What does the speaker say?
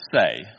say